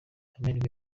amahirwe